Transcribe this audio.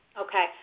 okay